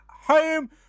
home